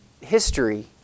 history